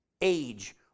age